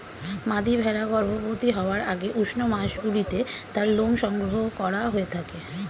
মাদী ভেড়া গর্ভবতী হওয়ার আগে উষ্ণ মাসগুলিতে তার লোম সংগ্রহ করা হয়ে থাকে